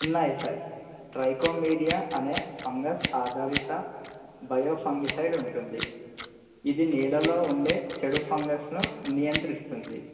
ఉన్నాయి సార్ ట్రైకోమీరియా అనే ఫంగస్ ఆధారిత బయో ఫంగిసైడ్ ఉంటుంది ఇది నీళ్లలో ఉండే చెడు ఫంగస్ను నియంత్రిస్తుంది